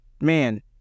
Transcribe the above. man